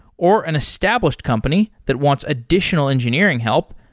or an established company that wants additional engineering help,